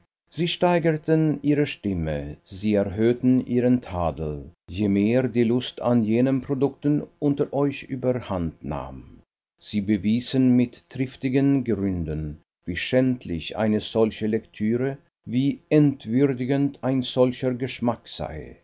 sie steigerten ihre stimme sie erhöhten ihren tadel je mehr die lust an jenen produkten unter euch überhand nahm sie bewiesen mit triftigen gründen wie schändlich eine solche lektüre wie entwürdigend ein solcher geschmack sei